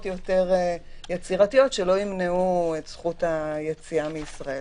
יותר יצירתיות שלא ימנעו את זכות היציאה מישראל.